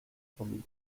familia